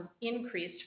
increased